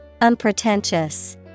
Unpretentious